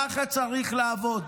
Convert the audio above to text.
ככה צריך לעבוד.